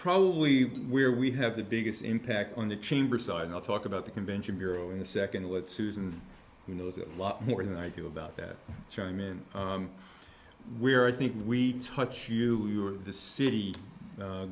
probably where we have the biggest impact on the chamber side and i'll talk about the convention bureau in a second with susan who knows a lot more than i do about that chime in where i think we touch you the city